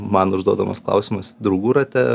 man užduodamas klausimas draugų rate